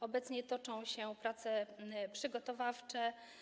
Obecnie toczą się prace przygotowawcze.